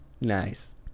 nice